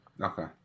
Okay